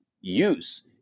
use